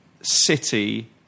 City